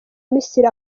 misiri